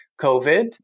COVID